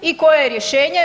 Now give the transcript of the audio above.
I koje je rješenje?